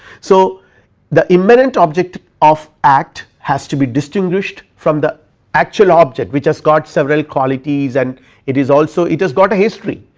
so the immanent object of act has to be distinguished from the actual object which has got several qualities and it is also it has got a history.